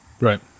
right